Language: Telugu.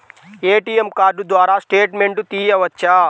ఏ.టీ.ఎం కార్డు ద్వారా స్టేట్మెంట్ తీయవచ్చా?